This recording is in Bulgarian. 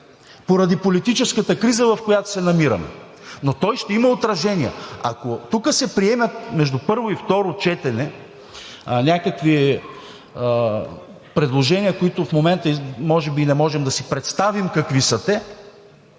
поради политическата криза, в която се намираме, но той ще има отражение. Ако тук се приемат между първо и второ четене някакви предложения, които в момента може би и не можем да си представим какви са те,